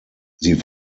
sie